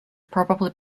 probably